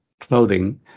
clothing